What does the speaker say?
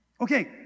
Okay